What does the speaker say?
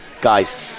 guys